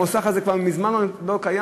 המוסך הזה כבר מזמן לא קיים,